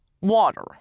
water